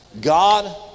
God